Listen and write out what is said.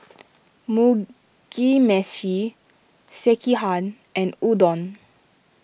Mugi Meshi Sekihan and Udon